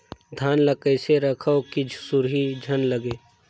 धान ल कइसे रखव कि सुरही झन लगे?